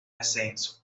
ascenso